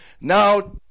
now